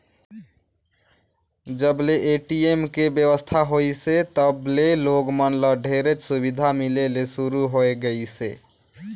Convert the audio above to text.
जब ले ए.टी.एम के बेवस्था होइसे तब ले लोग मन ल ढेरेच सुबिधा मिले ले सुरू होए गइसे